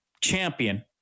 champion